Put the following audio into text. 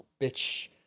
bitch